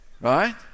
Right